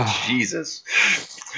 Jesus